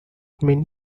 many